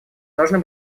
должны